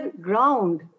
ground